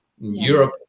Europe